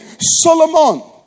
Solomon